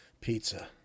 Pizza